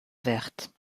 verte